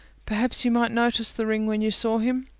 perhaps you might notice the ring when you saw him?